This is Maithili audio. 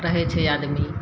रहै छै आदमी